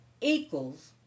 equals